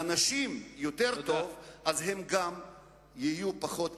כי כשלאנשים יותר טוב הם גם יהיו פחות קיצונים,